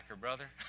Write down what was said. brother